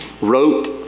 wrote